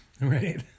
right